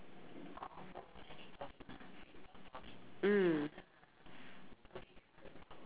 mm